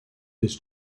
his